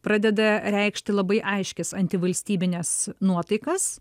pradeda reikšti labai aiškias antivalstybines nuotaikas